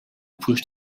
pushed